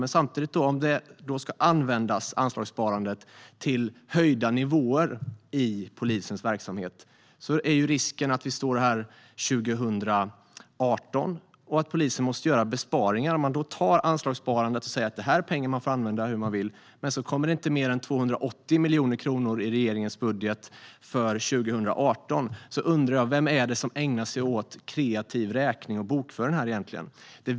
Men om anslagssparandet ska användas till höjda nivåer i polisens verksamhet är ju risken att vi står här 2018 och polisen måste göra besparingar. Om anslagssparandet är pengar som får användas lite hur man vill och det inte kommer mer än 280 miljoner kronor i regeringens budget för 2018 undrar jag: Vem är det egentligen som ägnar sig åt kreativ räkning och bokföring här?